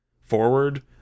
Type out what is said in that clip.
forward